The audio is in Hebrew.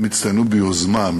הם הצטיינו ביוזמה,